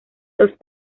los